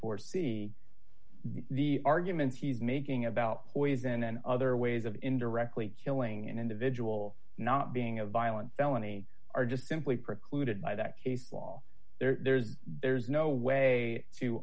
four see the argument he's making about poison and other ways of indirectly killing an individual not being a violent felony are just simply precluded by that case law there's there's no way to